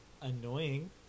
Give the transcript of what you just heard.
annoying